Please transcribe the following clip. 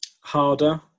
Harder